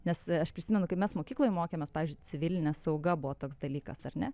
nes aš prisimenu kai mes mokykloj mokėmės pavyzdžiui civilinė sauga buvo toks dalykas ar ne